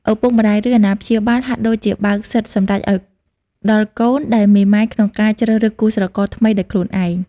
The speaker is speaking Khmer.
ឪពុកម្ដាយ ឬអាណាព្យាបាលហាក់ដូចជាបើកសិទ្ធិសម្រេចឲ្យដល់កូនដែលមេម៉ាយក្នុងការជ្រើសរើសគូស្រករថ្មីដោយខ្លួនឯង ។